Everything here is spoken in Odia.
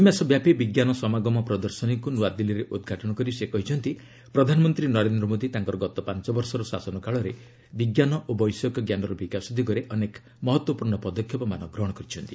ଦ୍ରଇ ମାସ ବ୍ୟାପୀ ବିଜ୍ଞାନ ସମାଗମ ପ୍ରଦର୍ଶନୀକୁ ନୂଆଦିଲ୍ଲୀରେ ଉଦ୍ଘାଟନ କରି ସେ କହିଛନ୍ତି ପ୍ରଧାନମନ୍ତ୍ରୀ ନରେନ୍ଦ୍ର ମୋଦୀ ତାଙ୍କର ଗତ ପାଞ୍ଚବର୍ଷର ଶାସନ କାଳରେ ବିଜ୍ଞାନ ଓ ବୈଷୟିକଜ୍ଞାନର ବିକାଶ ଦିଗରେ ଅନେକ ମହତ୍ୱପୂର୍ଣ୍ଣ ପଦକ୍ଷେପମାନ ଗ୍ରହଣ କରିଛନ୍ତି